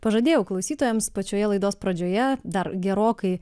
pažadėjau klausytojams pačioje laidos pradžioje dar gerokai